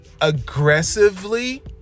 aggressively